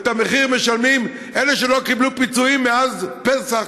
ואת המחיר משלמים אלה שלא קיבלו פיצויים מאז פסח,